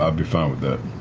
um be fine with that.